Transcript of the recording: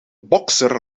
bokser